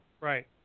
right